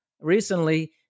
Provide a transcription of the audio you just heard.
recently